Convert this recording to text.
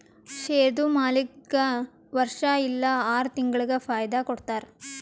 ಶೇರ್ದು ಮಾಲೀಕ್ಗಾ ವರ್ಷಾ ಇಲ್ಲಾ ಆರ ತಿಂಗುಳಿಗ ಫೈದಾ ಕೊಡ್ತಾರ್